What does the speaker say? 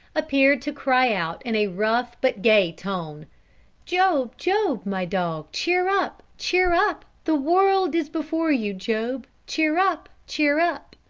appeared to cry out in a rough but gay tone job, job, my dog, cheer up, cheer up the world is before you, job, cheer up, cheer up.